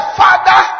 father